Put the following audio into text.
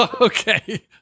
Okay